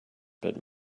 but